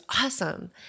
awesome